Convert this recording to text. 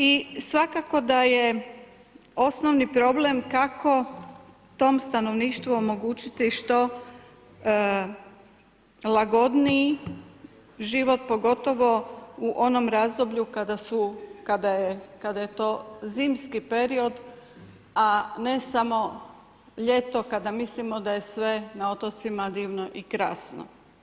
I svakako da je osnovni problem, kako tom stanovništvu omogućiti što lagodniji život, pogotovo u onom razdoblju, kada je to zimski period, a ne samo ljeto kada mislimo da je sve na otocima divno i krasno.